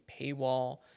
paywall